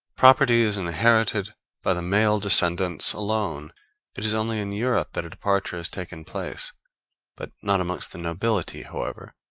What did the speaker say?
property is inherited by the male descendants alone it is only in europe that a departure has taken place but not amongst the nobility, however.